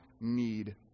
need